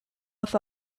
with